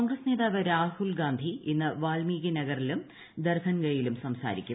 കോൺഗ്രസ് നേതാവ് രാഹുൽഗാന്ധി ഇന്ന് വാൽമീകി നഗറിലും ദർഭൻഗയിലും സംസാരിക്കും